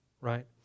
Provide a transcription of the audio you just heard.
Right